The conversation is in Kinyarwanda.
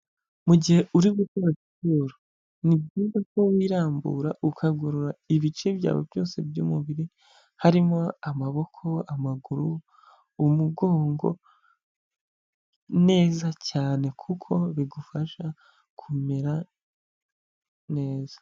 Mu gihe uri gukora siporo ni byiza ko wirambura ukagorora ibice byawe byose by'umubiri harimo amaboko, amaguru, umugongo neza cyane kuko bigufasha kumera neza.